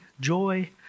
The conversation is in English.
joy